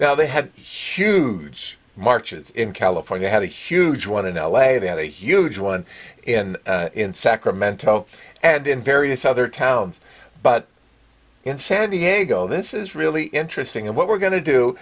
now they had huge marches in california had a huge one in l a they had a huge one in sacramento and in various other towns but in san diego this is really interesting and what we're going to do